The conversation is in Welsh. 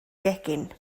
gegin